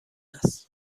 انسان